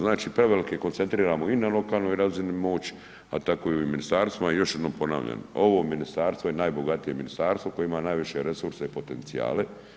Znači prevelike koncentriramo i na lokalnoj razini moć, a tako i u ministarstvima i još jednom ponavljam, ovo ministarstvo je najbogatije ministarstvo koje ima najviše resurse i potencijale.